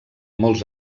molts